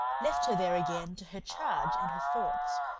left her there again to her charge and her thoughts,